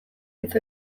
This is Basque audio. hitz